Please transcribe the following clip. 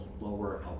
lower